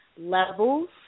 levels